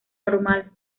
normal